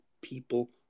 people